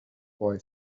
boy